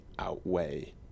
outweigh